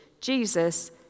Jesus